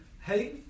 hey